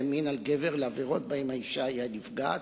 מין על גבר לעבירות בהן האשה היא הנפגעת.